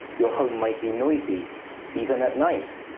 your home might be noisy even at night.